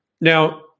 Now